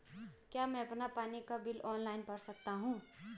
क्या मैं अपना पानी का बिल ऑनलाइन भर सकता हूँ?